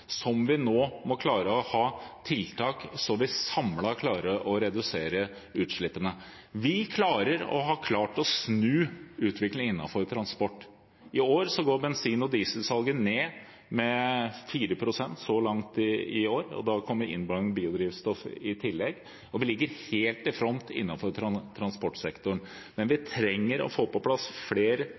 Vi må nå klare å ha tiltak som gjør at vi samlet klarer å redusere utslippene. Vi klarer – og har klart – å snu utviklingen innenfor transport. Så langt i år har bensin- og dieselsalget gått ned med 4 pst., og da kommer innblanding av biodrivstoff i tillegg, og vi ligger helt i front innenfor transportsektoren. Men vi trenger å få på plass flere